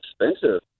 expensive